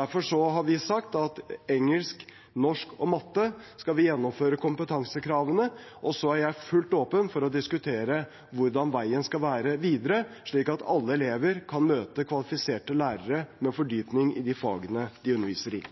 Derfor har vi sagt at i engelsk, norsk og matte skal vi gjennomføre kompetansekravene. Så er jeg fullt åpen for å diskutere hvordan veien skal være videre slik at alle elever kan møte kvalifiserte lærere med fordypning i de fagene de underviser